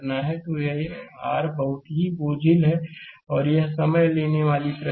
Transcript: तो यह r बहुत ही बोझिल है और यह समय लेने वाली प्रक्रिया है